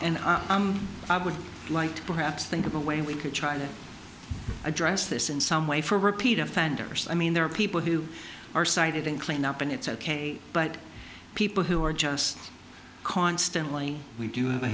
and i would like to perhaps think of a way we could try to address this in some way for repeat offenders i mean there are people who are cited in cleanup and it's ok but people who are just constantly we do have a